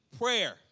prayer